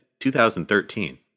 2013